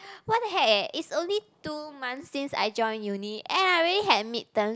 what the heck eh it's only two months since I join uni and I already had mid term